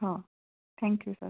हो thank you sir